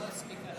התשפ"ג 2023,